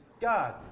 God